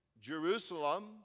Jerusalem